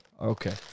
Okay